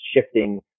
shifting